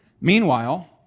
Meanwhile